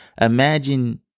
Imagine